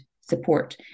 support